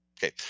Okay